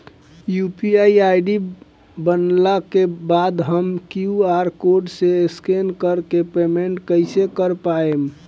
UPI बनला के बाद हम क्यू.आर कोड स्कैन कर के पेमेंट कइसे कर पाएम?